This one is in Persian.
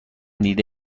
دیده